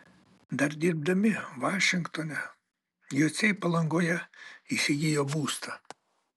dar dirbdami vašingtone jociai palangoje įsigijo būstą